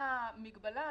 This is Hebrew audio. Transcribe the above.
הגודל.